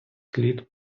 слід